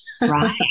Right